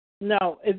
No